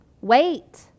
Wait